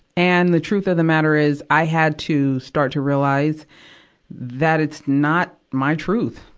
and, the truth of the matter is, i had to start to realize that it's not my truth.